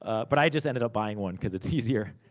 ah but i just ended up buying one, cause it's easier.